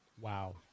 Wow